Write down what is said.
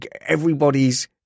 everybody's